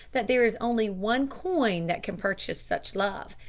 that there is only one coin that can purchase such love,